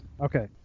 okay